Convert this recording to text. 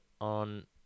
on